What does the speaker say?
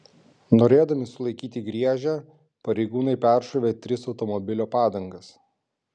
norėdami sulaikyti griežę pareigūnai peršovė tris automobilio padangas